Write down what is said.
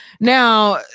now